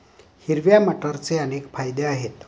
हिरव्या मटारचे अनेक फायदे आहेत